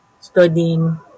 studying